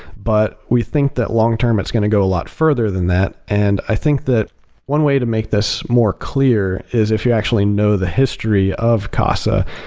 but we think that long term it's going to go a lot further than that. and i think the one way to make this more clear is if you actually know the history of casa,